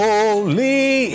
Holy